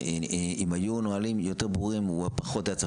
אם היו נהלים יותר ברורים הוא פחות היה צריך